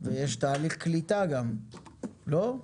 יש תהליך קליטה גם, לא?